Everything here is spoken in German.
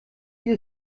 hier